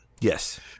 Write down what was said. Yes